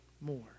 more